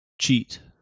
cheat